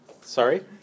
Sorry